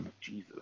Jesus